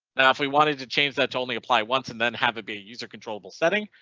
now if we wanted to change that to only apply once and then have it be user controllable setting.